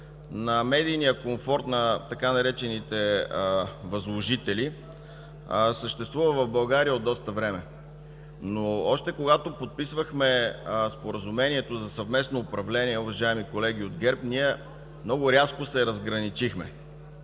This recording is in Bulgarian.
на медийния комфорт на така наречените „възложители”, съществува в България от доста време. Още когато подписвахме споразумението за съвместно управление, уважаеми колеги от ГЕРБ, ние много рязко се разграничихме.